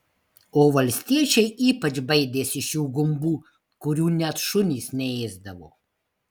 o valstiečiai ypač baidėsi šių gumbų kurių net šunys neėsdavo